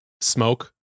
smoke